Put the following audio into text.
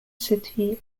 city